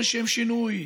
לשם שינוי.